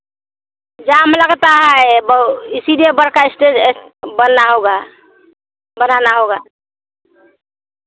जाम लगता है बहु इसीलिए बड़का स्टे बना हुआ बनाना होगा